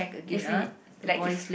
if we like